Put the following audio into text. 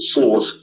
source